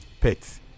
pets